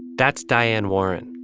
that's diane warren.